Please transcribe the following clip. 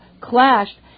clashed